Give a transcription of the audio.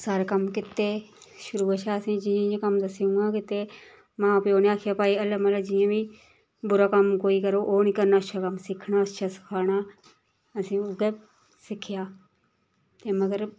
सारा कम्म कीते शुरू कशा असें जियां कम्म दस्से उ'यां कीते मां प्यौ न आखेआ भई जियां बी बुरा कम्म कोई करग ओह् नी करना अच्छा कम्म सिक्खना अच्छे सखाना असें उयै सिक्खेआ ते मगर